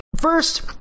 first